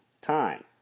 time